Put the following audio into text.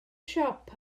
siop